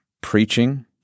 Preaching